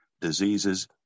diseases